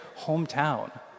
hometown